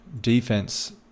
defense